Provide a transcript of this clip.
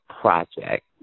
project